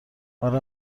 اره